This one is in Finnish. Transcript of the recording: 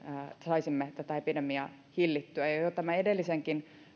saisimme tätä epidemiaa hillittyä jo tämän edellisenkin